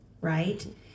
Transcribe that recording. right